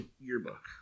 yearbook